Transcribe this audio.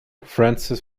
francis